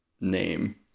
name